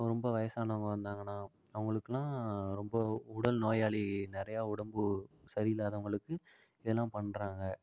ரொம்ப வயசானவங்கள் வந்தாங்கன்னால் அவங்களுக்குலாம் ரொம்ப உடல் நோயாளி நிறையா உடம்பு சரியில்லாதவங்களுக்கு இதெல்லாம் பண்ணுறாங்க